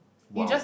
!wow!